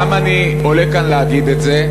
למה אני עולה לכאן להגיד את זה?